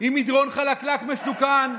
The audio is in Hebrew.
היא מדרון חלקלק מסוכן,